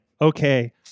Okay